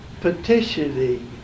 petitioning